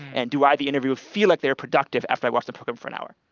and do i, the interviewer, feel like they're productive after i watched the program for an hour?